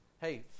Hey